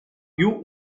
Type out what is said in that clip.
più